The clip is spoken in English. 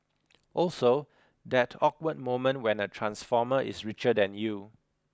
also that awkward moment when a transformer is richer than you